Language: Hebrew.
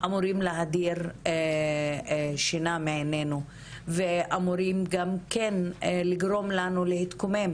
אמורים להדיר שינה מעינינו ואמורים לגרום לנו להתקומם